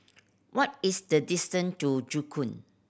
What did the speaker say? what is the distance to Joo Koon